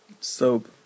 Soap